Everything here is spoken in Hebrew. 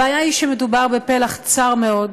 הבעיה היא שמדובר בפלח צר מאוד מהאוכלוסייה.